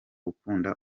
ukunda